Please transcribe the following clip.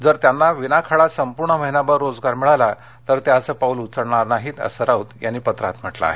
जर त्यांना हा विनाखाडा संपूर्ण महिनाभर रोजगार मिळाला तर त्या असं पाऊल उचलणार नाहीत असं राऊत यांनी म्हा किं आहे